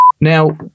Now